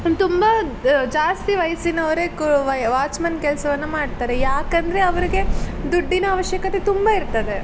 ತುಂಬ ಜಾಸ್ತಿ ವಯಸ್ಸಿನವರೇ ವಾಚ್ಮ್ಯಾನ್ ಕೆಲಸವನ್ನು ಮಾಡ್ತಾರೆ ಯಾಕೆಂದ್ರೆ ಅವರಿಗೆ ದುಡ್ಡಿನ ಅವಶ್ಯಕತೆ ತುಂಬ ಇರ್ತದೆ